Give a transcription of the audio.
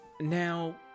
Now